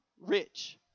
rich